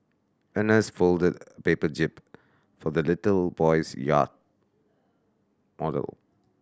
an nurse folded a paper jib for the little boy's yacht model